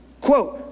Quote